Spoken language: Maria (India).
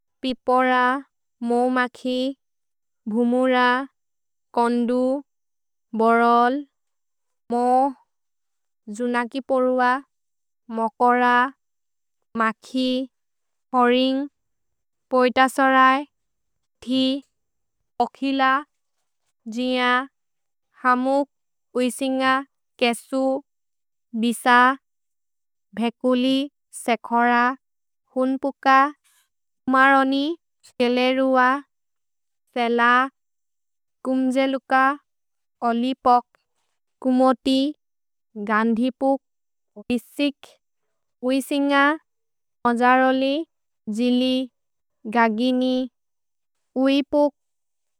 पिपोर, मोउ मखि, भुमुर, कोन्दु, बोरोल्, मोउ, जुनकि पोरुअ, मोकोर, मखि, होरिन्ग्, पोएतसरै, थि, ओखिल, द्जिअ, हमुक्, उइसिन्ग, केसु, बिस, भेकुलि, सेखोर, हुन्पुक, मरोनि, सेलेरुअ, सेल, कुम्जेलुक, ओलिपोक्, कुमोति, गन्धिपुक्, इसिक्, उइसिन्ग, ओजरोलि, जिलि, गगिनि, उइपुक्।